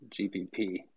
GPP